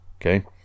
Okay